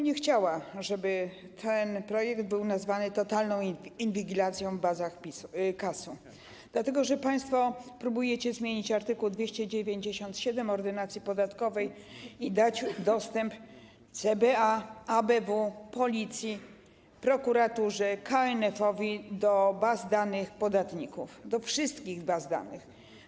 Nie chciałabym, żeby ten projekt był nazwany totalną inwigilacją w bazach KAS-u, dlatego że państwo próbujecie zmienić art. 297 Ordynacji podatkowej i dać dostęp CBA, ABW, Policji, prokuraturze i KNF-owi do baz danych podatników, do wszytkach baz danych.